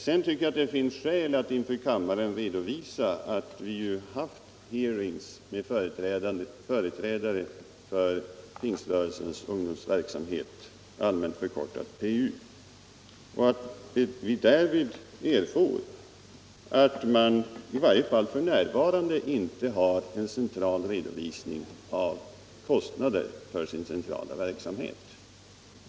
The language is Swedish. Sedan tycker jag att det finns skäl att inför kammaren redovisa att vi har haft hearings med företrädare för Pingströrelsens ungdomsverksamhet, allmänt kallad PU, och att vi därvid erfarit att man i varje fall f. n. inte har central redovisning av kostnader för sin centrala verksamhet.